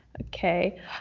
Okay